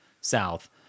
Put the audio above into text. south